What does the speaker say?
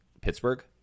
pittsburgh